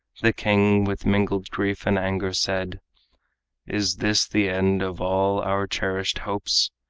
the king with mingled grief and anger said is this the end of all our cherished hopes,